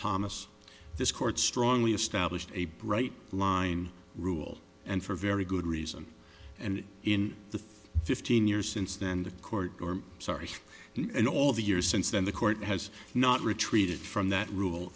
thomas this court strongly established a bright line rule and for very good reason and in the fifteen years since then the court sorry and all the years since then the court has not retreated from that rule